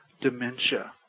dementia